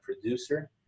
producer